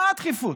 מה הדחיפות?